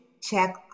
check